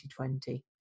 2020